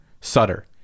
Sutter